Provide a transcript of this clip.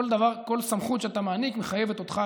כל סמכות שאתה מעניק מחייבת אותך,